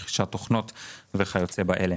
רכישת תוכנות וכיוצא באלה.